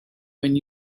when